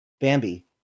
Bambi